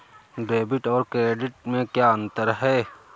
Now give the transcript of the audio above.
Debit और credit में क्या अंतर है?